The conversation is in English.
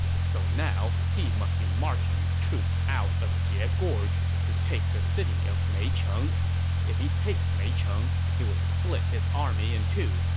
so now he must be marching his troops out of xie ah gorge to take the city of meicheng. if he takes meicheng, he would split his army in two,